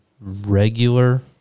regular